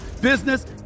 business